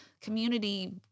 community